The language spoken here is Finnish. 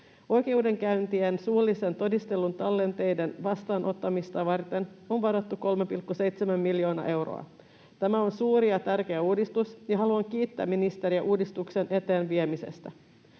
Oikeudenkäyntien suullisen todistelun tallenteiden vastaanottamista varten on varattu 3,7 miljoonaa euroa. Tämä on suuri ja tärkeä uudistus, ja haluan kiittää ministeriä uudistuksen eteenpäin viemisestä.